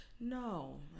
No